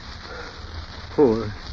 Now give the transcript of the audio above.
Poor